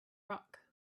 rock